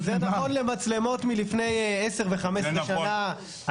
אבל זה נכון למצלמות מלפני 10 15 שנה.